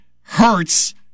hurts